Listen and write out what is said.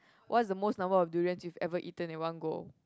what's the most number of durians you've ever eaten in one go